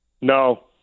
No